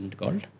called